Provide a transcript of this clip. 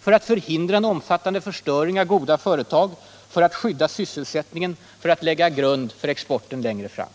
för att hindra en omfattande förstöring av goda företag, för att skydda sysselsättningen och för att lägga grund för exporten längre fram.